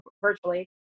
virtually